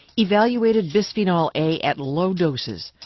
evaluated bisphenol a at low doses.